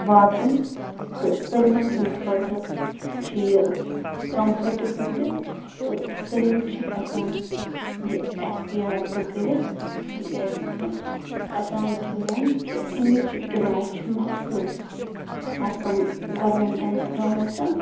واتُن تہٕ سٲلِمَن ہٕنٛدۍ خٲطرٕ چھِ یہِ کَمفٲٹِبٕل تہِ تہٕ سٲلِم چھِ ہٮ۪کان یہِ اختیار تہِ کٔرِتھ تِکیٛازکہِ اوٚتامتھٕے ووٚن کہِ اَمِچ کِراے چھِ مخصوٗص آسان گورمٮ۪نٹَن تھٲمٕژ